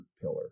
pillar